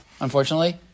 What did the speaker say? unfortunately